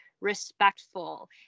respectful